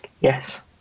yes